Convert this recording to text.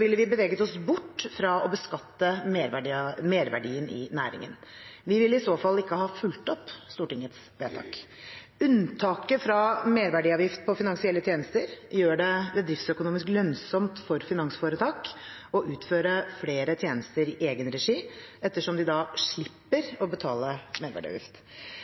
ville vi beveget oss bort fra å beskatte merverdien i næringen. Vi ville i så fall ikke ha fulgt opp Stortingets vedtak. Unntaket for merverdiavgift på finansielle tjenester gjør det bedriftsøkonomisk lønnsomt for finansforetak å utføre flere tjenester i egen regi, ettersom de da slipper